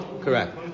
Correct